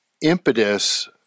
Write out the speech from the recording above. impetus